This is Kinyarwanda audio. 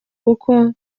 kuko